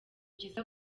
byiza